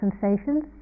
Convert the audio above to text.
sensations